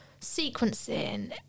sequencing